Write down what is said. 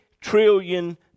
trillion